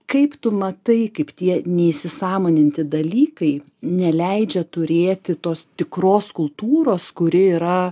kaip tu matai kaip tie neįsisąmoninti dalykai neleidžia turėti tos tikros kultūros kuri yra